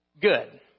Good